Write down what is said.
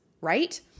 right